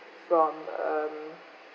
from um